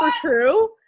true